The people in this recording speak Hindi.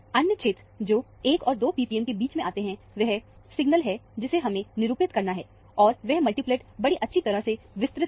अन्य क्षेत्र जो 1 और 2 ppm के बीच में आते हैं वह सिग्नल है जिन्हें हमें निरुपित करना है और वह मल्टीप्लेट बड़ी अच्छी तरह से विस्तृत है